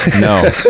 No